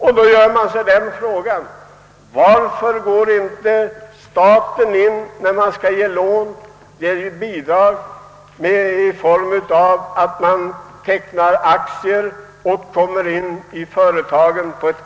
Jag frågar då: Varför ger inte staten sina bidrag i form av aktieteckning, så att staten verkligen kommer in i företagen?